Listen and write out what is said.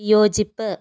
വിയോജിപ്പ്